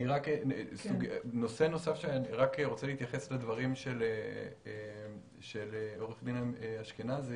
אני רק רוצה להתייחס לדברים של עורך הדין אשכנזי,